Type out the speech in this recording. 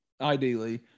ideally